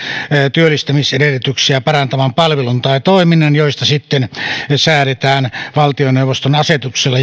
työllistymisedellytyksiä parantavan palvelun tai toiminnan joista säädetään sitten valtioneuvoston asetuksella